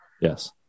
Yes